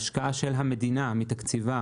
ההשקעה של המדינה מתקציבה